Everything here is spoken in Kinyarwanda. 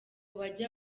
bajya